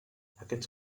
aquests